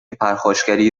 پرخاشگری